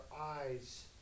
eyes